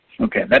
Okay